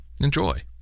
Enjoy